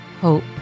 hope